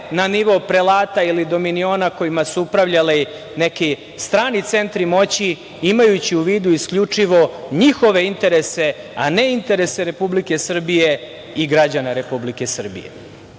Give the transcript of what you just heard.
na nivo prelata i dominiona kojima su upravljali neki strani centri moći, imajući u vidu isključivo njihove interese, a ne interese Republike Srbije i građana Republike Srbije.I